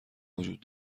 وجود